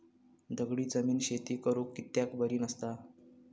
दगडी जमीन शेती करुक कित्याक बरी नसता?